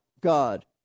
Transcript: God